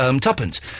tuppence